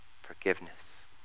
forgiveness